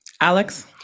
Alex